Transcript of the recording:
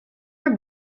your